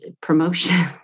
promotion